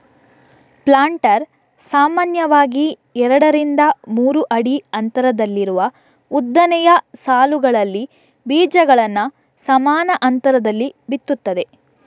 planter ಸಾಮಾನ್ಯವಾಗಿ ಎರಡರಿಂದ ಮೂರು ಅಡಿ ಅಂತರದಲ್ಲಿರುವ ಉದ್ದನೆಯ ಸಾಲುಗಳಲ್ಲಿ ಬೀಜಗಳನ್ನ ಸಮಾನ ಅಂತರದಲ್ಲಿ ಬಿತ್ತುತ್ತದೆ